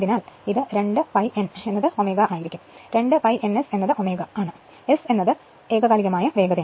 അതിനാൽ ഇത് 2 π n എന്നത് ω ആയിരിക്കും 2 π n S എന്നത് ω ആണ് S എന്നത് ഏകകാലികമായ വേഗതയാണ്